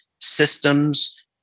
systems